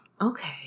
Okay